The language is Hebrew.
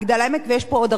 ויש פה עוד הרבה אחרים,